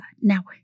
Now